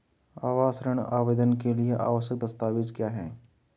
आवास ऋण आवेदन के लिए आवश्यक दस्तावेज़ क्या हैं?